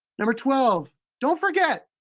number twelve, don't forget,